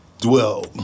dwell